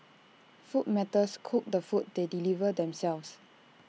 food matters cook the food they deliver themselves